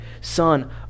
Son